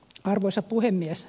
arvoisa puhemies